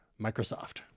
Microsoft